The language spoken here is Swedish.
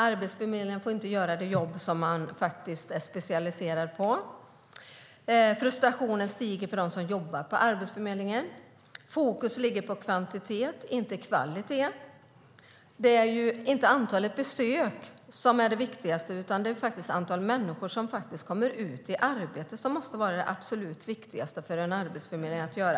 Arbetsförmedlingen får inte göra det jobb som man är specialiserad på. Frustrationen stiger hos dem som jobbar på Arbetsförmedlingen. Fokus ligger på kvantitet, inte kvalitet. Det är inte antalet besök som ska vara det viktigaste; antalet människor som kommer i arbete måste vara det absolut viktigaste för en arbetsförmedling.